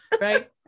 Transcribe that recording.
right